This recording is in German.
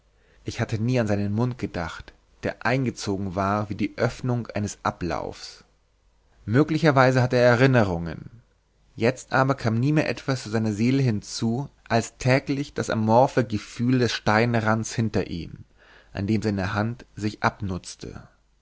ich hatte nie an seinen mund gedacht der eingezogen war wie die öffnung eines ablaufs möglicherweise hatte er erinnerungen jetzt aber kam nie mehr etwas zu seiner seele hinzu als täglich das amorphe gefühl des steinrands hinter ihm an dem seine hand sich abnutzte